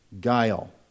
guile